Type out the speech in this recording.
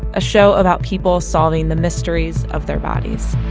a show about people solving the mysteries of their bodies